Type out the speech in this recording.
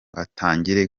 atangire